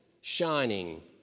shining